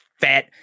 fat